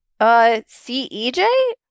cej